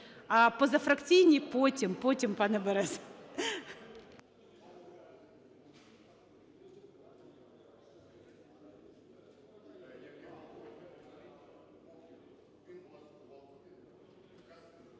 Позафракційні потім, потім, пане Береза.